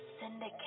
syndicate